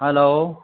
hello